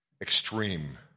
extreme